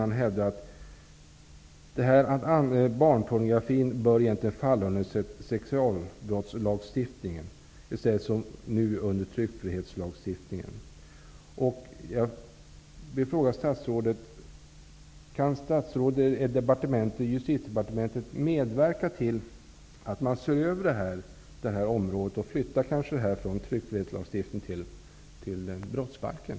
Han hävdar att barnpornografin egentligen bör falla under sexualbrottslagstiftningen i stället för som nu under tryckfrihetslagstiftningen.